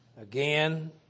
Again